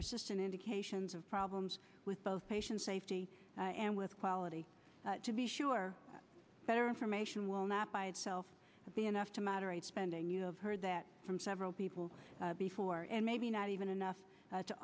persistent indications of problems with both patient safety and with quality to be sure better information will not by itself be enough to moderate spending you've heard that from several people before and maybe not even enough to